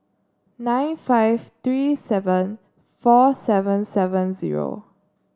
nine five three seven four seven seven zero